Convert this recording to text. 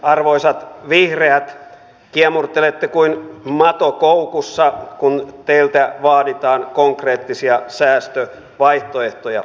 arvoisat vihreät kiemurtelette kuin mato koukussa kun teiltä vaaditaan konkreettisia säästövaihtoehtoja